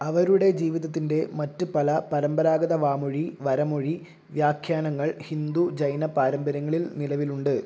അവരുടെ ജീവിതത്തിൻ്റെ മറ്റ് പല പരമ്പരാഗത വാമൊഴി വരമൊഴി വ്യാഖ്യാനങ്ങള് ഹിന്ദു ജൈന പാരമ്പര്യങ്ങളിൽ നിലവിലുണ്ട്